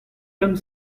comme